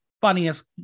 funniest